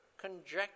conjecture